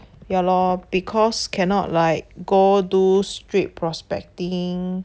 ya lor because cannot like go do street prospecting